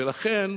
ולכן,